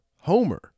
Homer